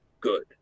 good